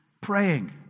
praying